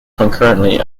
concurrently